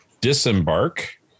disembark